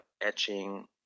etching